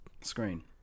screen